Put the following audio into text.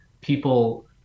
people